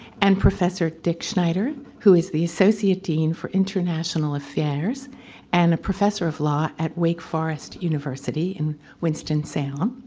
and professor dick schneider who is the associate dean for international affairs and a professor of law at wake forest university in winston salem.